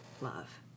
love